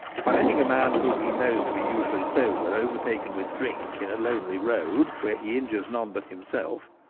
finding a man whom he knows to be usually sober overtaken with drink in a lonely road, where he injures none but himself,